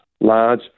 large